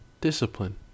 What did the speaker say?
Discipline